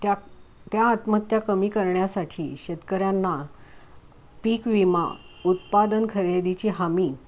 त्या त्या आत्महत्या कमी करण्यासाठी शेतकऱ्यांना पीक विमा उत्पादन खरेदीची हमी